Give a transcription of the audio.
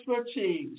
expertise